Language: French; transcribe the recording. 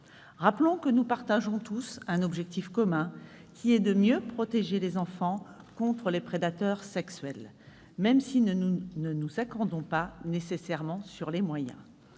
Rappelons que nous partageons tous un même objectif, celui de mieux protéger les enfants contre les prédateurs sexuels, même si nous ne nous accordons pas nécessairement sur les moyens.